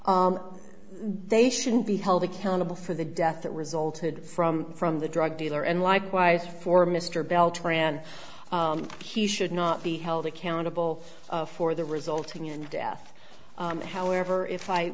they shouldn't be held accountable for the death that resulted from from the drug dealer and likewise for mr bell tran he should not be held accountable for the resulting in death however if i